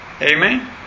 Amen